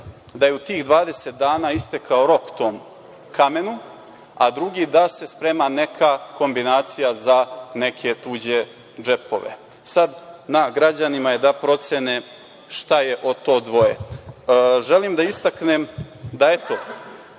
da je u tih 20 dana istekao rok tom kamenu, a drugi da se sprema neka kombinacija za neke tuđe džepove. Sad je na građanima da procene šta je od to dvoje. Želim da istaknem da je, eto,